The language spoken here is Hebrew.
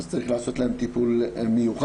אז צריך לעשות להם טיפול מיוחד,